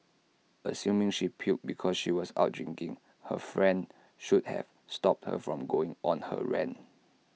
assuming she puked because she was out drinking her friend should have stopped her from going on her rant